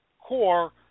core